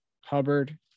Hubbard